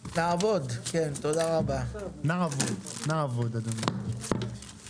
הישיבה ננעלה בשעה 11:40.